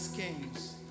Kings